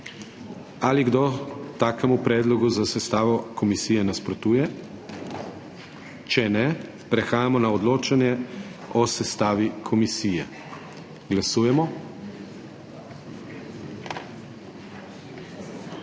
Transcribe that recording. Ali kdo takemu predlogu za sestavo komisije nasprotuje? Če ne, prehajamo na odločanje o sestavi komisije. Glasujemo.